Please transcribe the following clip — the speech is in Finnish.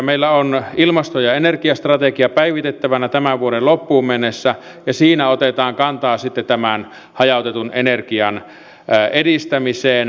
meillä on ilmasto ja energiastrategia päivitettävänä tämän vuoden loppuun mennessä ja siinä otetaan kantaa tämän hajautetun energian edistämiseen